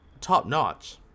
top-notch